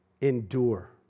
Endure